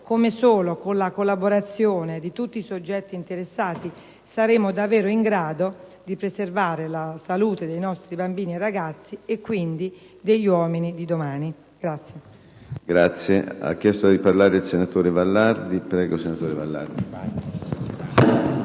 come solo con la collaborazione di tutti i soggetti interessati saremo davvero in grado di preservare la salute dei nostri bambini e ragazzi, e quindi degli uomini di domani.